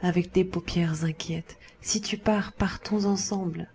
avec des paupières inquiètes si tu pars partons ensemble